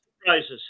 surprises